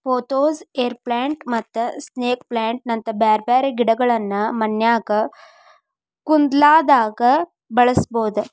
pothos, air plants ಮತ್ತ snake plant ನಂತ ಬ್ಯಾರ್ಬ್ಯಾರೇ ಗಿಡಗಳನ್ನ ಮನ್ಯಾಗ ಕುಂಡ್ಲ್ದಾಗ ಬೆಳಸಬೋದು